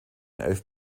elf